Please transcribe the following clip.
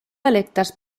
electes